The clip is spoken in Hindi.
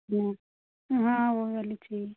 हाँ वह वाली चाहिए